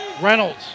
Reynolds